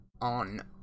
on